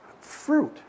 fruit